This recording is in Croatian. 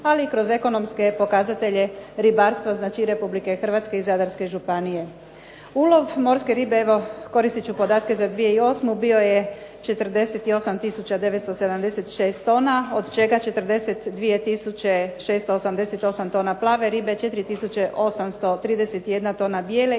ali i kroz ekonomske pokazatelje ribarstva Republike Hrvatske i Zadarske županije. Ulov morske ribe evo koristit ću podatke za 2008. bio je 48 tisuća 976 tona, od čega 42 tisuće 688 tona plave ribe, 4 tisuće